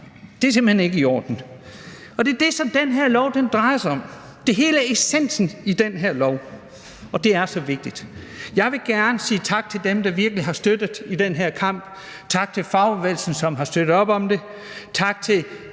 Det er simpelt hen ikke i orden. Og det er det, som den her lov drejer sig om. Det er hele essensen i den her lov, og det er så vigtigt. Jeg vil gerne sige tak til dem, der virkelig har støttet i den her kamp. Tak til fagbevægelsen, som har støttet op om det, tak til